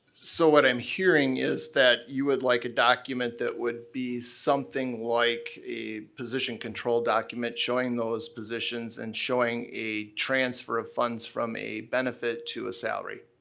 so what i'm hearing is that you would like a document that would be something like a position control document showing those positions and showing a transfer of funds from a benefit to a salary.